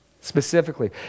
Specifically